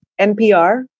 NPR